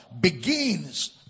Begins